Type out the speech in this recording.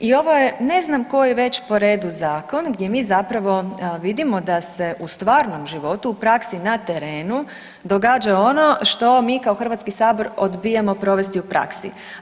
I ovo je ne znam koji već po redu zakon gdje mi zapravo vidimo da se u stvarnom životu, u praksi na terenu događa ono što mi kao Hrvatski sabor odbijamo provesti u praksi.